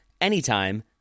anytime